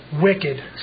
wicked